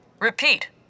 Repeat